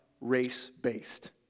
race-based